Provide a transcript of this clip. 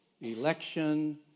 election